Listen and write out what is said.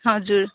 हजुर